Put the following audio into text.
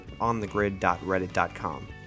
onthegrid.reddit.com